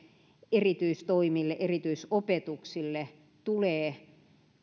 erityistoimille erityisopetuksille tulee